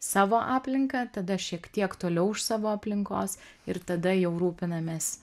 savo aplinką tada šiek tiek toliau už savo aplinkos ir tada jau rūpinamės